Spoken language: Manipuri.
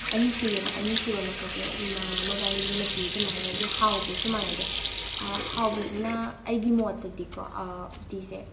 ꯑꯅꯤ ꯁꯨꯏꯑꯕ ꯑꯅꯤꯁꯨꯕ ꯃꯈꯜꯁꯦ ꯃꯣꯏꯕꯥꯅꯤꯒꯤ ꯃꯆꯨꯁꯦ ꯃꯥꯟꯅꯗꯦ ꯍꯥꯎꯕꯁꯨ ꯃꯥꯟꯅꯗꯦ ꯍꯥꯎꯕꯁꯤꯅ ꯑꯩꯒꯤ ꯃꯣꯠꯇꯗꯤꯀꯣ ꯎꯇꯤꯁꯦ